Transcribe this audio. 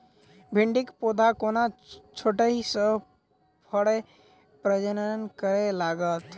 भिंडीक पौधा कोना छोटहि सँ फरय प्रजनन करै लागत?